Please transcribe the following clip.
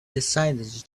decided